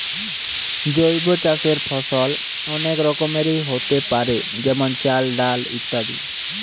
জৈব চাষের ফসল অনেক রকমেরই হোতে পারে যেমন চাল, ডাল ইত্যাদি